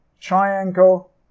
triangle